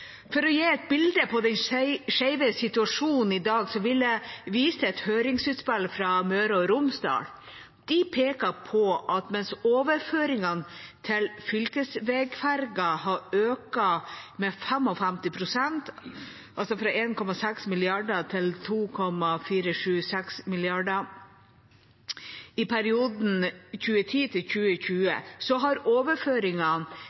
For å gi et bilde på den skjeve situasjonen i dag vil jeg vise til et høringsutspill fra Møre og Romsdal. De peker på at mens overføringene til fylkesvegferger har økt med 55 pst., fra 1 600 mill. kr til 2 476 mill. kr i perioden 2010–2020, har overføringene til